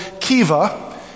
Kiva